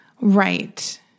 Right